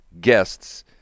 guests